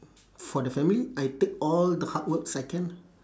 for the family I take all the hard works I can